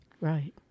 Right